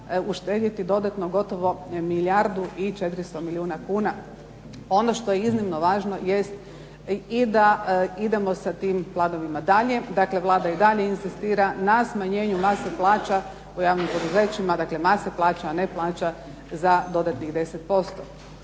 uštedjeti dodatno gotovo milijardu i 400 milijuna kuna. Ono što je iznimno važno jest i da idemo sa tim planovima dalje. Dakle, Vlada i dalje inzistira na smanjenju mase plaća u javnim poduzećima, dakle mase plaća a ne plaća za dodatnih 10%.